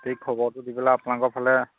খবৰটো দি পেলাই আপোনালোকৰ ফালে